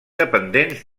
dependents